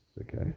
okay